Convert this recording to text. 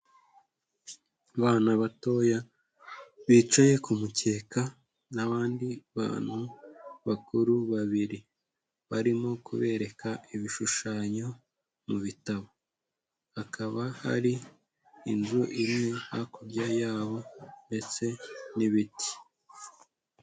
Abana batoya bicaye ku mukeka, n'abandi bantu bakuru babiri barimo kubereka ibishushanyo mu bitabo, hakaba hari inzu imwe hakurya yabo ndetse n'ibiti.